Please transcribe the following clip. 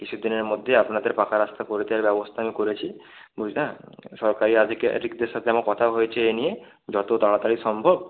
কিছু দিনের মধ্যেই আপনাদের পাকা রাস্তা করে দেওয়ার ব্যবস্থা আমি করেছি বুঝলেন সরকারি আধিকারিকদের সাথে আমার কথা হয়েছে এ নিয়ে যত তাড়াতাড়ি সম্ভব